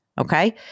Okay